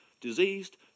Diseased